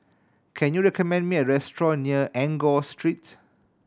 can you recommend me a restaurant near Enggor Street